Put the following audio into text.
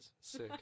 Sick